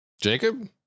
Jacob